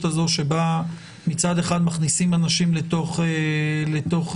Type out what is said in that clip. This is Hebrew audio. הזו שבה מצד אחד מכניסים אנשים לתוך קניון,